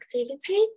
activity